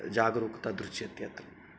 जागरूकता दृश्यते अत्र